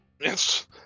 Yes